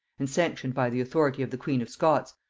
and sanctioned by the authority of the queen of scots,